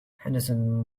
henderson